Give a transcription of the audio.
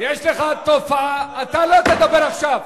יש לך תופעה, אתה לא תדבר עכשיו.